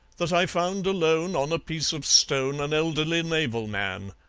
that i found alone on a piece of stone an elderly naval man.